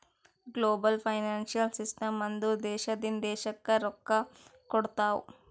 global financial system ಅಂದುರ್ ದೇಶದಿಂದ್ ದೇಶಕ್ಕ್ ರೊಕ್ಕಾ ಕೊಡ್ತಾವ್